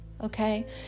Okay